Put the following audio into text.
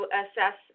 assess